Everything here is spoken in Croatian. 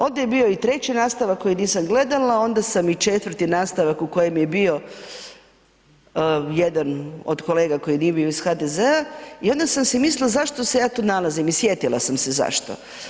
Ovdje je bio i treći nastavak koji nisam gledala, onda sam i četvrti nastavak u kojem je bio jedan od kolega koji nije bio iz HDZ-a i onda sam si mislila zašto se ja tu nalazim i sjetila sam se zašto.